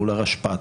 מול הרשפ"ת,